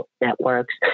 networks